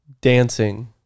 dancing